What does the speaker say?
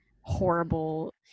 horrible